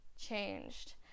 changed